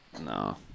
No